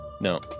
No